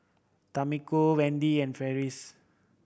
Tamiko Wendy and Farris